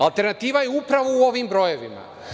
Alternativa je upravo u ovim brojevima.